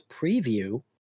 preview